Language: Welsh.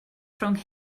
rhwng